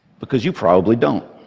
because you probably don't.